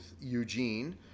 Eugene